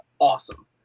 awesome